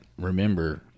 remember